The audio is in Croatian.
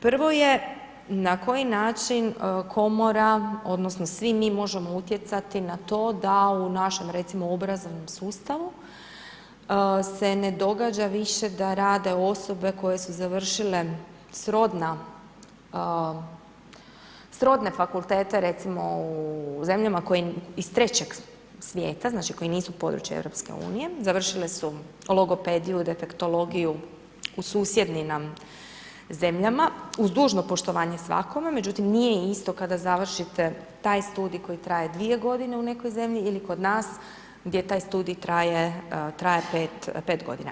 Prvo je na koji način komora odnosno svi mi možemo utjecati na to da u našem recimo obrazovnom sustavu se ne događa više rade osobe koje su završile srodna, srodne fakultete recimo u zemljama koje, iz trećeg svijeta, znači koje nisu područje EU, završile su logopediju, detektologiju u susjednim nam zemljama, uz dužno poštovanje svakome, međutim nije isto kada završite taj studij koji traje 2 godine u nekoj zemlji ili kod nas gdje taj studij traje, traje 5 godina.